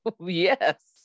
Yes